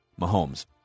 Mahomes